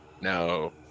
No